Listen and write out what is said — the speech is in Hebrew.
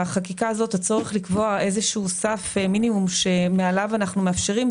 הצורך לקבוע בחקיקה הזאת איזשהו סף מינימום שמעליו אנחנו מאפשרים,